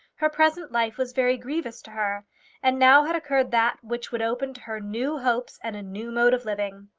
her present life was very grievous to her and now had occurred that which would open to her new hopes and a new mode of living.